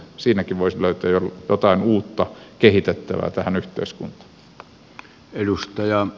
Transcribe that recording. siinäkin voisi löytyä jotain uutta kehitettävää tähän yhteiskuntaan